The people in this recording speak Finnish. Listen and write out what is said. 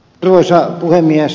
arvoisa puhemies